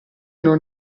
non